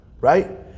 right